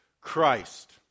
Christ